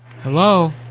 Hello